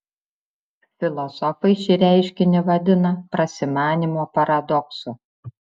filosofai šį reiškinį vadina prasimanymo paradoksu